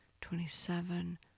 twenty-seven